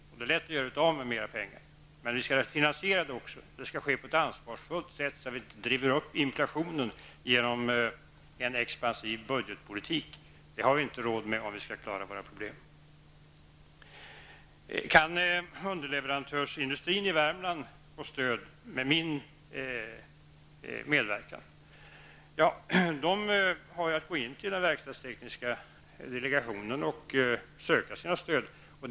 Det är också lätt att göra av med mera pengar, men vi skall också finansiera det. Det skall ske på ett ansvarsfullt sätt, så att vi inte driver upp inflationen genom en expansiv budgetpolitik. Det har vi inte råd med, om vi skall klara våra problem. Kan underleverantörsindustrin i Värmland få stöd med min medverkan? Den har att vända sig till den verkstadstekniska delegationen med sina ansökningar om stöd.